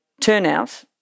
turnout